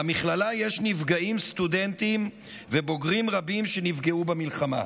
"למכללה יש נפגעים סטודנטים ובוגרים רבים שנפגעו במלחמה: